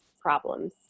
problems